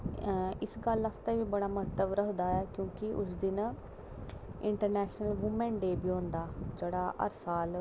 इस गल्ल दा बी बड़ा महत्व रखदा कि उस दिन इंटरनेशनल वूमन डे बी होंदा जेह्ड़ा अट्ठ मार्च गी हर साल मनाया जंदा